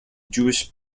jewish